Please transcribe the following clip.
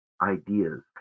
ideas